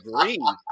agree